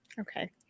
okay